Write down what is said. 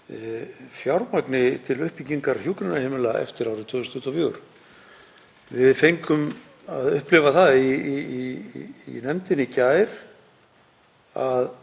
fjármagni til uppbyggingar hjúkrunarheimila eftir árið 2024. Við fengum að upplifa það í nefndinni í gær,